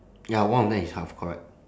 ya one of them is half correct